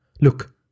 Look